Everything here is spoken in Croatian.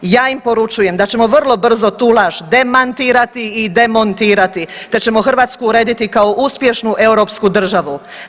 Ja im poručujem da ćemo vrlo brzo tu laž demantirati i demontirati, da ćemo Hrvatsku urediti kao uspješnu europsku državu.